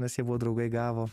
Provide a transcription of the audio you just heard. nes jie buvo draugai gavo